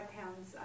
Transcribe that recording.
pounds